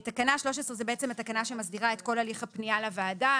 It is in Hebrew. תקנה 13 היא התקנה שמסדירה את כל הליך הפנייה לוועדה.